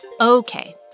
Okay